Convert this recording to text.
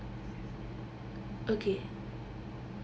okay